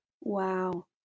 Wow